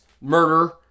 murder